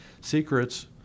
secrets